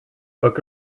book